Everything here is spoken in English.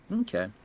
Okay